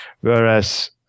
whereas